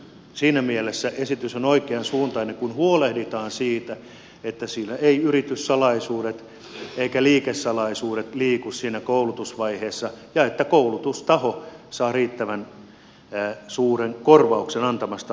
siinä mielessä esitys on oikean suuntainen kun huolehditaan siitä että siinä eivät yrityssalaisuudet eivätkä liikesalaisuudet liiku siinä koulutusvaiheessa ja että koulutustaho saa riittävän suuren korvauksen antamastaan koulutuksesta